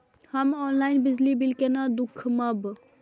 हम ऑनलाईन बिजली बील केना दूखमब?